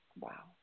Wow